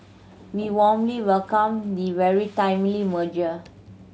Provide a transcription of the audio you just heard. we warmly welcome the very timely merger